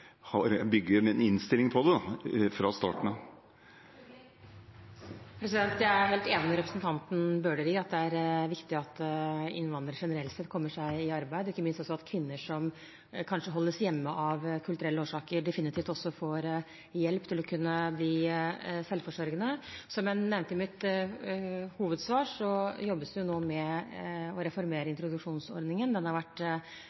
har kunnet se på menn, osv. Man burde ta opp de problemstillingene veldig eksplisitt i disse arbeidstreningskursene, slik at de forbereder seg på det før de skal ut i jobb eller tiltak, og bygge en innstilling overfor det fra start. Jeg er helt enig med representanten Bøhler i at det er viktig at innvandrere generelt sett kommer seg i arbeid, ikke minst at kvinner som kanskje holdes hjemme av kulturelle årsaker, definitivt får hjelp til å kunne bli selvforsørgende.